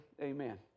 amen